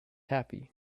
happy